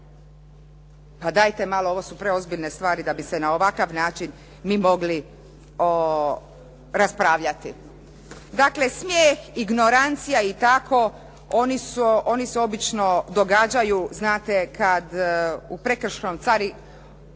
Pa dajte malo, ovo su preozbiljne stvari da bi se na ovakav način mi mogli raspravljati. Dakle, smijeh, ignirancija i tako, oni se obično događaju znate kada u carinskom